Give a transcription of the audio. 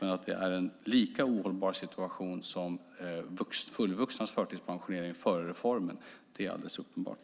Men det är en lika ohållbar situation som fullvuxnas förtidspensionering före reformen; det är alldeles uppenbart.